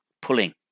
Pulling